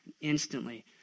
instantly